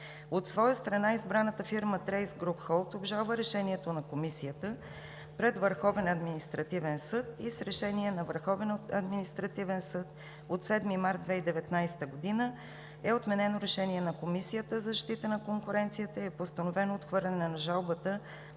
От своя страна, избраната фирма „Трейс Груп Холд“ обжалва решението на Комисията пред Върховния административен съд и с Решение на Върховния административен съд от 7 март 2019 г. е отменено Решението на Комисията за защита на конкуренцията и е постановено отхвърляне на жалбата